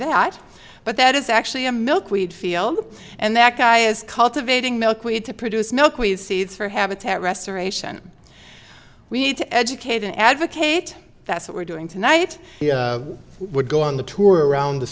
that but that is actually a milkweed field and that guy is cultivating milkweed to produce milk we seed for habitat restoration we need to educate an advocate that's what we're doing tonight he would go on the tour around the